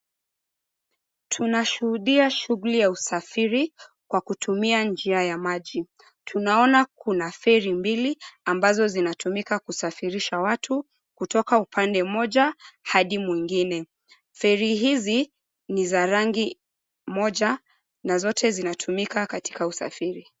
Tunashuhudia 𝑠hughuli za usafiri kwa kutumia njia ya maji. Tunaona kuna feri mbili ambazo zinatumika kusafirisha watu kutoka upande mmoja hadi mwingine. Feri hizi ni za rangi moja na zote zinatumika katika usafiri.